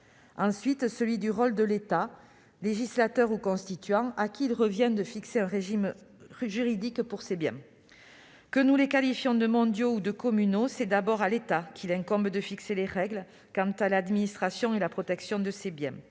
ensuite du rôle de l'État, législateur ou constituant, auquel il revient de fixer un régime juridique pour ces biens. Que nous les qualifiions de mondiaux ou de communaux, c'est d'abord à l'État qu'il incombe de fixer les règles quant à l'administration et à la protection de ces biens.